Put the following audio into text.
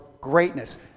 greatness